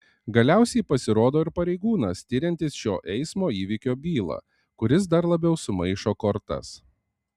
galiausiai pasirodo ir pareigūnas tiriantis šio eismo įvykio bylą kuris dar labiau sumaišo kortas